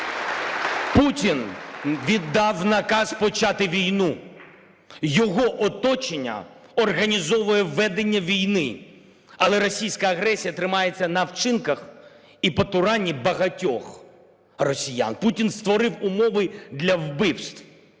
Путін віддав наказ почати війну, його оточення організовує ведення війни, але російська агресія тримається на вчинках і потуранні багатьох росіян. Путін створив умови для вбивств,